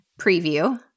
preview